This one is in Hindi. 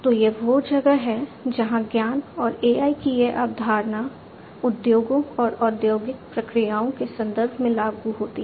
तो यह वह जगह है जहाँ ज्ञान और AI की यह अवधारणा उद्योगों और औद्योगिक प्रक्रियाओं के संदर्भ में लागू होती है